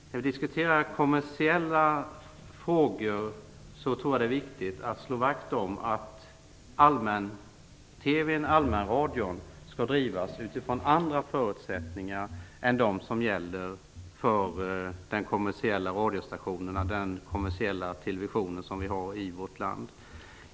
När vi diskuterar kommersiella frågor är det viktigt att slå vakt om att allmänradion och allmänteven skall drivas utifrån andra förutsättningar än de som gäller för de kommersiella radiostationer och den kommersiella television som vi har i vårt land.